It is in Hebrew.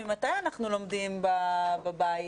ממתי אנחנו לומדים מהבית?